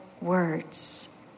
words